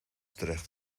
terecht